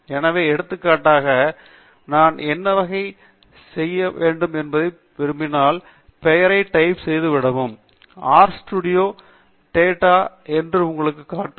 எனவே எடுத்துக்காட்டாக நான் என்ன வகை என்று தெரிந்து கொள்ள விரும்பினால் பெயரைத் டைப் செய்து தொடரவும் ஆர் ஸ்டூடியோ வும் இது டேட்டா என்று உங்களுக்குக் காட்டும்